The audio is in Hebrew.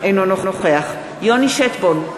אינו נוכח יוני שטבון,